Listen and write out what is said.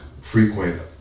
frequent